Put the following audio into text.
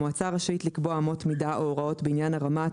המועצה רשאית לקבוע אמות מידה או הוראות בעניין הרמה,